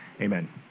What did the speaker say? Amen